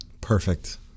Perfect